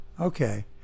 Okay